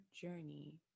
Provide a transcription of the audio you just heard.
journey